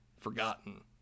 forgotten